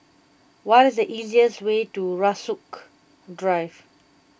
what is the easiest way to Rasok Drive